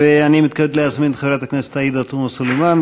אני מתכבד להזמין את חברת הכנסת עאידה תומא סלימאן,